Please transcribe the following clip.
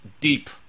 deep